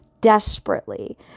desperately